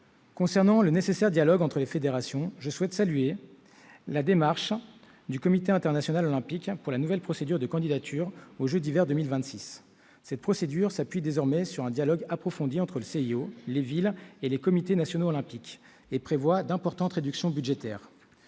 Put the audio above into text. Concernant le nécessaire dialogue entre les fédérations, je souhaite saluer la démarche du Comité international olympique s'agissant de la nouvelle procédure de candidature, applicable aux jeux Olympiques d'hiver de 2026. Cette procédure s'appuie désormais sur un dialogue approfondi entre le CIO, les villes et les comités nationaux olympiques, et prévoit d'importantes réductions budgétaires.